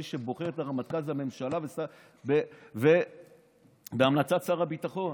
מי שבוחר את הרמטכ"ל זה הממשלה בהמלצת שר הביטחון.